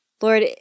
Lord